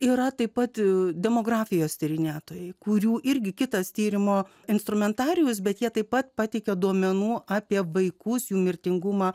yra taip pat demografijos tyrinėtojai kurių irgi kitas tyrimo instrumentarijaus bet jie taip pat pateikia duomenų apie vaikus jų mirtingumą